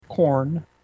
Corn